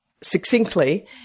succinctly